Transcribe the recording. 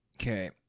Okay